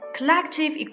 Collective